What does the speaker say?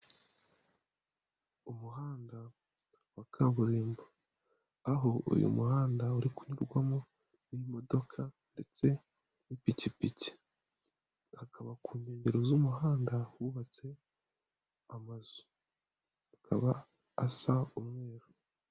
Umuhanda wa kaburimbo, aho uyu muhanda uri kunyurwamo n'imodoka ndetse n'ipikipiki, hakaba ku nkengero z'umuhanda, hubatse amazu, akaba asa umweru.